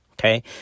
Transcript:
Okay